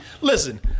listen